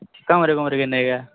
कमरे कुमरे किन्ने गै ऐ